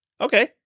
Okay